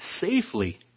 safely